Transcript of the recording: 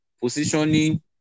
positioning